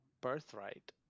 birthright